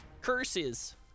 Curses